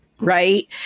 Right